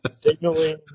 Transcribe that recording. signaling